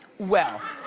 well,